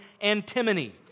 antimony